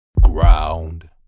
ground